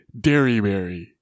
Derryberry